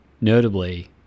Notably